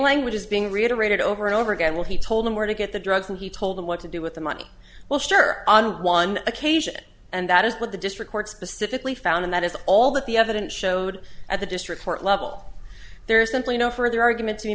language is being reiterated over and over again will he told them where to get the drugs and he told them what to do with the money well sure on one occasion and that is what the district court specifically found and that is all that the evidence showed at the district court level there is simply no further argument